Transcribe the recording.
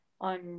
On